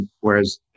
whereas